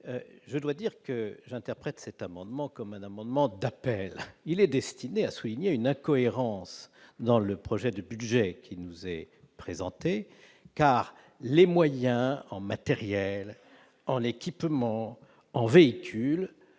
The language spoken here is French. je dois dire que j'interprète cet amendement comme un amendement d'appel, il est destiné à souligner une incohérence dans le projet de budget qui nous est présentée, car les moyens en matériel et en équipements, en véhicules